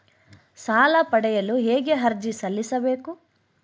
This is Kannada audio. ಸಾಲ ಪಡೆಯಲು ಹೇಗೆ ಅರ್ಜಿ ಸಲ್ಲಿಸಬೇಕು?